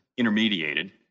intermediated